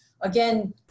Again